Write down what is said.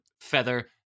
feather